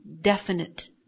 definite